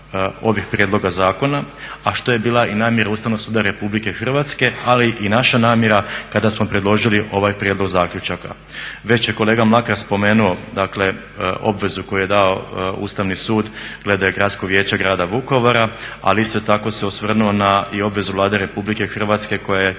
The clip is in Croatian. ovih prijedloga zakona, a što je bila i namjera Ustavnog suda RH ali i naša namjera kada smo predložili ovaj prijedlog zaključaka. Već je kolega Mlakar spomenuo dakle obvezu koju je dao Ustavni sud glede Gradskog vijeća Grada Vukovara ali isto tako se osvrnuo na i obvezu Vlade Republike Hrvatske koja je